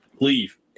leave